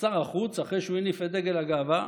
שר החוץ, אחרי שהוא הניף את דגל הגאווה,